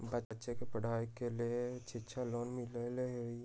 बच्चा के पढ़ाई के लेर शिक्षा लोन मिलहई?